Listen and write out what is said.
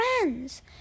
friends